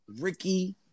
Ricky